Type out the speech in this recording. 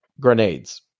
Grenades